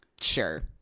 Sure